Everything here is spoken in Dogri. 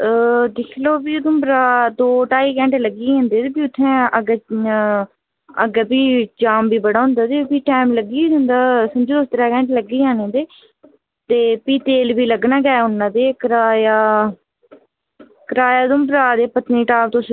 दिक्खी लाओ फ्ही उधमपूरा दा दौं ढाई घैण्टें लग्गी गै जंदे न फ्ही उत्थै अग्गै फ्ही जाम बी बड़ा हुंदा फ्ही टाईम लग्गी गै जंदा दौ त्रै घैण्टें लग्गी गै जाने फ्ही बी लगना गै उन्ना दे ते कराया उधमपूरा दा पत्तनीटाप तुस